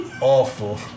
awful